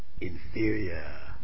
Inferior